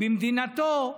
במדינתו,